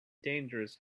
dangerous